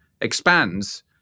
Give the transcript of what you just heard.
expands